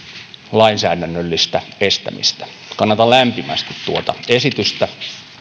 lainsäädännöllistä estämistä kannatan lämpimästi tuota esitystä